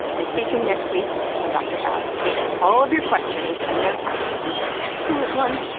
and stay tuned next week when dr. pfau takes all of your questions and there are some excellent ones!